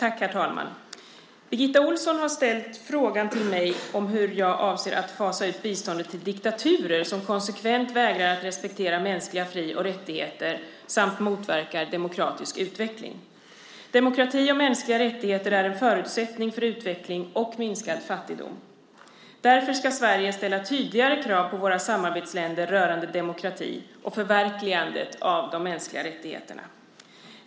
Herr talman! Birgitta Ohlsson har ställt frågan till mig hur jag avser att fasa ut biståndet till diktaturer som konsekvent vägrar att respektera mänskliga fri och rättigheter samt motverkar demokratisk utveckling. Demokrati och mänskliga rättigheter är en förutsättning för utveckling och minskad fattigdom. Därför ska Sverige ställa tydligare krav på sina samarbetsländer rörande demokrati och förverkligandet av de mänskliga rättigheterna.